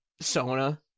Sona